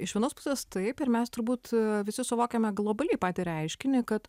iš vienos pusės taip ir mes turbūt visi suvokiame globaliai patį reiškinį kad